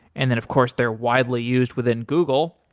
and then of course there widely used within google.